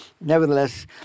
Nevertheless